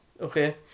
okay